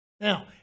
Now